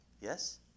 Yes